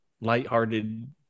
lighthearted